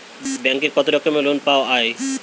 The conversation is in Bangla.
ব্যাঙ্কে কত রকমের লোন পাওয়া য়ায়?